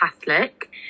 Catholic